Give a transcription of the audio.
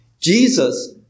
Jesus